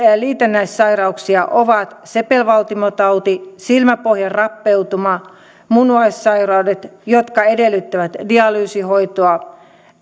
liitännäissairauksia ovat sepelvaltimotauti silmänpohjan rappeuma munuaissairaudet jotka edellyttävät dialyysihoitoa